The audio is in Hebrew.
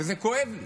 וזה כואב לי,